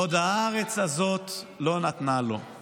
// עוד הארץ הזאת לא נתנה לו /